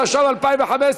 התשע"ו 2015,